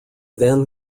then